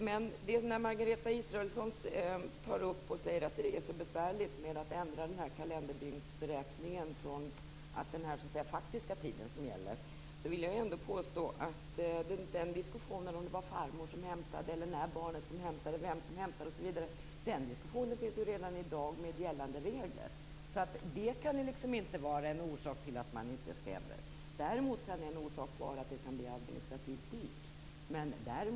Men när Margareta Israelsson säger att det är så besvärligt att ändra kalenderdygnsberäkningen, från att det är den faktiska tiden som gäller, vill jag ändå påstå att diskussionen om huruvida det var farmor som hämtade, när barnet hämtades osv. förekommer redan i dag med gällande regler. Det kan inte vara en orsak till att man inte skall ändra beräkningen. Däremot kan en orsak vara att det blir administrativt dyrt.